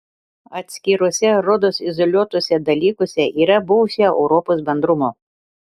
atskiruose rodos izoliuotuose dalykuose yra buvusio europos bendrumo